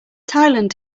thailand